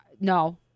no